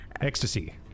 Ecstasy